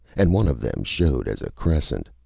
and one of them showed as a crescent.